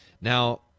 Now